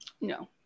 No